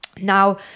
Now